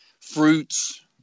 fruits